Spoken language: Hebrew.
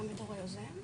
תודה וגם לעובדי ציבור,